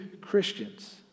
Christians